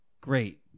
great